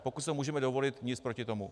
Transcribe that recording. Pokud si to můžeme dovolit, nic proti tomu.